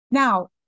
Now